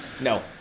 no